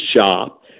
shop